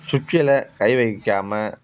ஸ்விச்ல கை வைக்காமல்